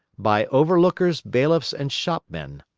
by overlookers, bailiffs and shopmen.